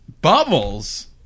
Bubbles